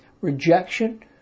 rejection